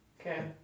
Okay